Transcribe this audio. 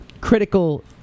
critical